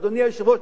אדוני היושב-ראש,